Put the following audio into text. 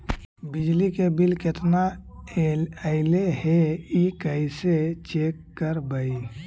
बिजली के बिल केतना ऐले हे इ कैसे चेक करबइ?